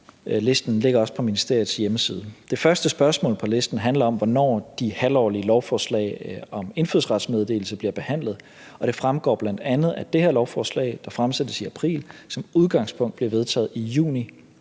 Listen ligger også på ministeriets hjemmeside. Det første spørgsmål på listen handler om, hvornår de halvårlige lovforslag om indfødsrets meddelelse bliver behandlet, og det fremgår bl.a., at det lovforslag, der fremsættes i april, som udgangspunkt bliver vedtaget i juni